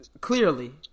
Clearly